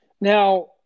Now